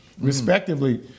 respectively